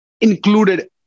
included